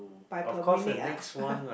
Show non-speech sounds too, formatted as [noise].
by per minute ah [laughs]